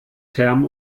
term